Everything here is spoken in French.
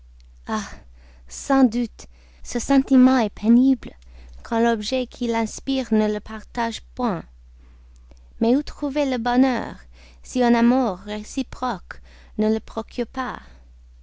sans doute ce sentiment est pénible quand l'objet qui l'inspire ne le partage point mais où trouver le bonheur si un amour réciproque ne le procure pas